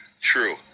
True